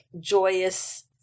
joyous